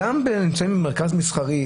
כשנמצאים במרכז מסחרי,